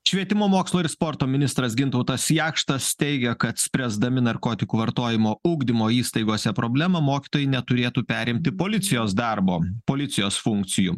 švietimo mokslo ir sporto ministras gintautas jakštas teigia kad spręsdami narkotikų vartojimo ugdymo įstaigose problemą mokytojai neturėtų perimti policijos darbo policijos funkcijų